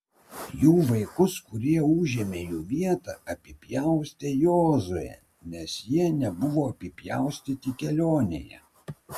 jų vaikus kurie užėmė jų vietą apipjaustė jozuė nes jie nebuvo apipjaustyti kelionėje